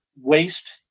waste